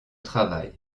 travail